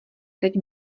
teď